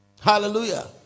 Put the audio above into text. hallelujah